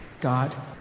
God